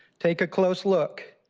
take a close look.